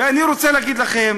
אני רוצה להגיד לכם,